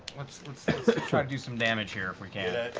let's try to do some damage here, if we can.